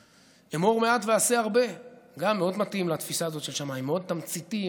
"אמור מעט ועשה הרבה" גם מאוד מתאים לתפיסה של שמאי: מאוד תמציתי,